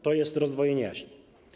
To jest rozdwojenie jaźni.